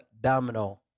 Domino